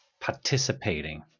participating